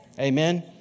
Amen